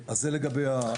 אז זה לגבי זה.